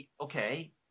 Okay